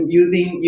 using